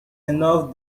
enough